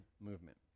movement